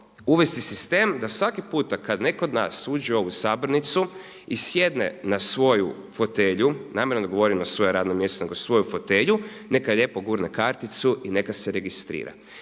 uvesti sistem da svaki puta kada neko od nas uđe u ovu sabornicu i sjedne na svoju fotelju, namjerno ne govorim na svoje radno mjesto nego svoju fotelju, neka lijepo gurne karticu i neka se registrira.